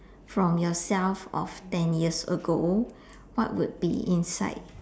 from yourself of ten years ago what would be inside